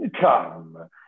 Come